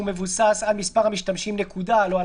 ודאי שיש סמכות לבטל, אבל לא צריך